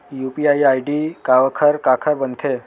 UPI ID काखर काखर बनथे?